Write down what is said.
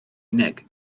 unig